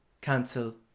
cancel